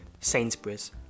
Sainsbury's